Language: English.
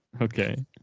Okay